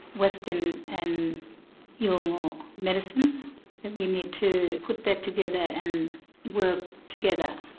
western and yolngu medicine, that we need to put that together and work together.